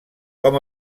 com